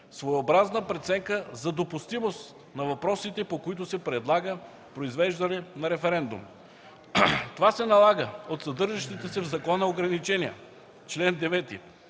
своеобразна преценка за допустимост на въпросите, по които се предлага произвеждане на референдум. Това се налага от съдържащите се в закона ограничения, чл. 9